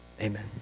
Amen